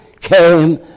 came